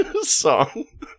song